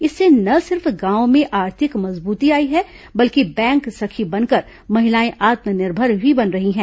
इससे न सिर्फ गांवों में आर्थिक मजबूती आई है बल्कि बैंक सखी बनकर महिलाएं आत्मनिर्भर भी बन रही हैं